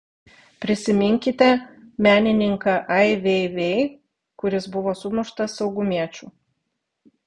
prisiminkite menininką ai vei vei kuris buvo sumuštas saugumiečių